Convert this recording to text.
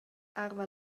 arva